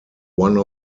one